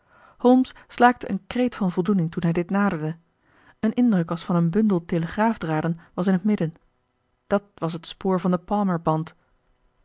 holmes slaakte een kreet van voldoening toen hij dit naderde een indruk als van een bundel telegraafdraden was in het midden dat was het spoor van den palmerband